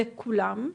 לכולם,